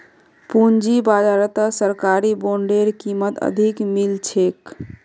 पूंजी बाजारत सरकारी बॉन्डेर कीमत अधिक मिल छेक